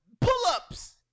pull-ups